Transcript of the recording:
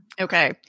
Okay